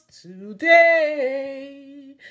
today